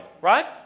Right